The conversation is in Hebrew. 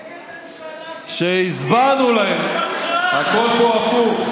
נגד ממשלה, שקרן, מדיח, מסכסך.